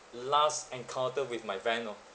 last encounter with my van lor